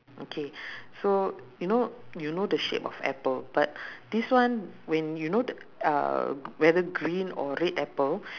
okay so you know you know the shape of apple but this one when you know th~ uh whether green or red apple